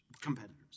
competitors